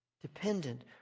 Dependent